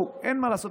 אין מה לעשות.